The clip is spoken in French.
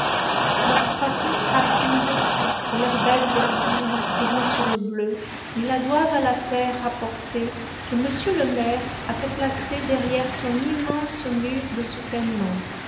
leur croissance rapide et leur belle verdure tirant sur le bleu ils la doivent à la terre rapportée que m le maire a fait placer derrière son immense mur de soutènement